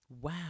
wow